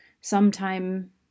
sometime